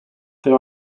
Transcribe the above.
there